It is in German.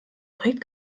projekt